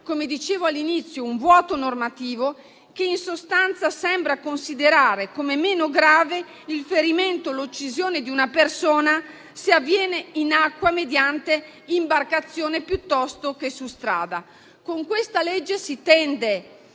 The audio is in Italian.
come dicevo all'inizio - un vuoto normativo che in sostanza sembra considerare meno grave il ferimento o l'uccisione di una persona se avviene in acqua mediante imbarcazione, anziché su strada. Con questa normativa si intende